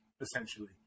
essentially